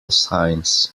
signs